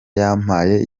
yampaye